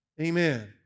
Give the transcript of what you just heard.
Amen